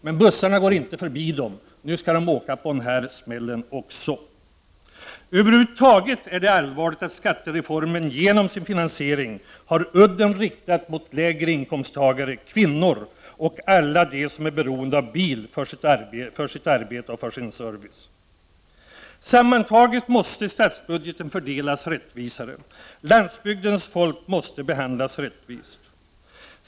Men bussarna går inte förbi de platser där dessa människor bor. Nu skall de åka på denna smäll också. Det är över huvud taget allvarligt att skattereformen genom sin finansiering har udden riktad mot lägre inkomsttagare, kvinnor och alla dem som är beroende av bil för sitt arbete och sin service. Sammantaget måste statsbudgeten fördelas rättvisare. Landsbygdens folk måste behandlas rättvist.